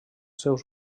seus